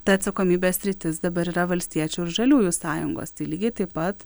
ta atsakomybės sritis dabar yra valstiečių ir žaliųjų sąjungos tai lygiai taip pat